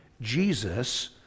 Jesus